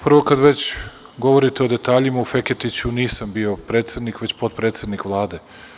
Prvo, kad već govorite o detaljima u Feketiću nisam bio predsednik, već potpredsednik Vlade.